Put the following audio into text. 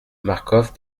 marcof